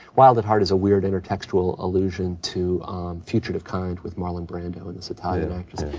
wild at heart is a weird, inter-textual allusion to fugitive kind with marlon brando and this italian actress.